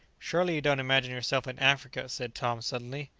surely you don't imagine yourself in africa! said tom suddenly.